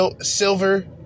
silver